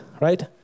right